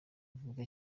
avuga